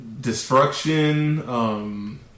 Destruction